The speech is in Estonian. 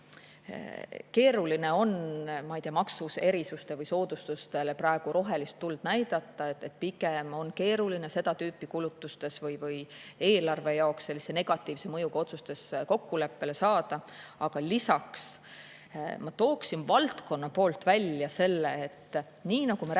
keeruline, ma ei tea, maksuerisustele või soodustustele praegu rohelist tuld näidata, pigem on keeruline seda tüüpi kulutustes või eelarve jaoks negatiivse mõjuga otsustes kokkuleppele saada. Aga lisaks ma tooksin valdkonna poolt välja selle, et nii nagu me räägime